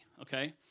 okay